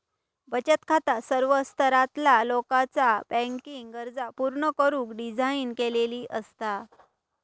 बचत खाता सर्व स्तरातला लोकाचा बँकिंग गरजा पूर्ण करुक डिझाइन केलेली असता